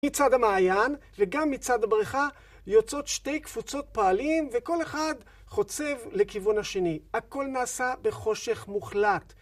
מצד המעיין וגם מצד הבריכה יוצאות שתי קבוצות פועלים וכל אחד חוצב לכיוון השני, הכל נעשה בחושך מוחלט.